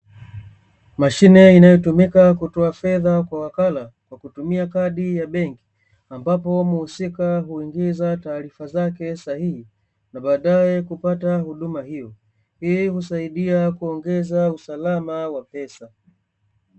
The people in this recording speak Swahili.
Mashine inayotumika kutoa fedha kwa wakala kwa kutumia kadi ya benki ambapo muhusika huingiza taarifa zake sahihi na baadae kupata huduma hiyo, hii husaidia kuongeza usalama wa pesa.